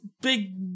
big